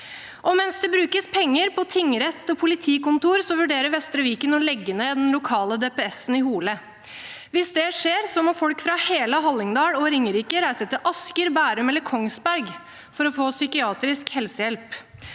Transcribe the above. Mens det brukes penger på tingrett og politikontor, vurderer Vestre Viken å legge ned den lokale DPS-en i Hole. Hvis det skjer, må folk fra hele Hallingdal og Ringerike reise til Asker, Bærum eller Kongsberg for å få psykiatrisk helsehjelp.